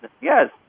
yes